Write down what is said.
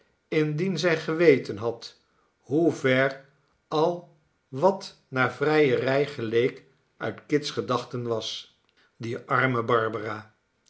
indien zij geweten had hoe ver al wat naar vrijerij geleek uit kit's gedachten was die arme barbara